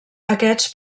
aquests